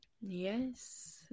Yes